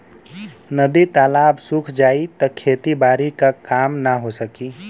नदी तालाब सुख जाई त खेती बारी क काम ना हो सकी